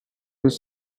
deux